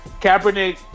Kaepernick